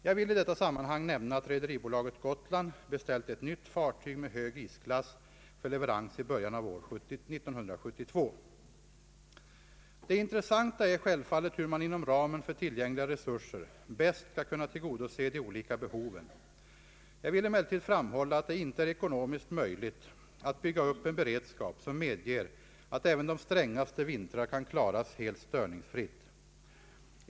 Jag vill i detta sammanhang nämna att Rederi AB Gotland beställt ett nytt fartyg med hög isklass för 1everans i början av år 1972. Det intressanta är självfallet, hur man inom ramen för tillgängliga resurser bäst skall kunna tillgodose de olika behoven. Jag vill emellertid framhålla att det inte är ekonomiskt möjligt att bygga upp en beredskap som medger att även de strängaste vintrar kan klaras helt störningsfritt.